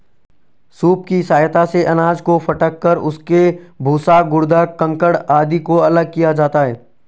soup की सहायता से अनाज को फटक कर उसके भूसा, गर्दा, कंकड़ आदि को अलग किया जाता है